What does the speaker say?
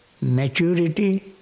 maturity